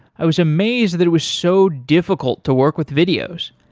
i was amazed that it was so difficult to work with videos.